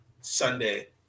Sunday